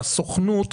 הסוכנות,